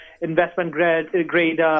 investment-grade